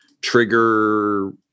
trigger